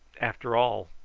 after all,